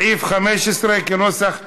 סעיף 15, כנוסח הוועדה,